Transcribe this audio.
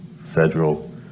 federal